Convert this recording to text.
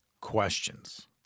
questions